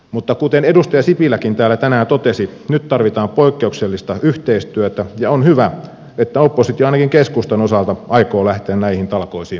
mutta kuten edustaja sipiläkin täällä tänään totesi nyt tarvitaan poikkeuksellista yhteistyötä ja on hyvä että oppositio ainakin keskustan osalta aikoo lähteä näihin talkoisiin mukaan